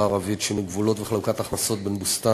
הערבית: שינוי גבולות וחלוקת הכנסות בין בוסתן-אלמרג',